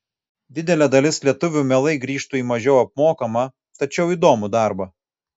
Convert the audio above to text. didelė dalis lietuvių mielai grįžtų į mažiau apmokamą tačiau įdomų darbą